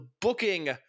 booking